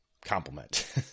compliment